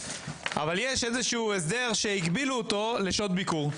אבל יש איזה שהוא הסדר שהגבילו אותו לשעות ביקור,